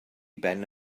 ben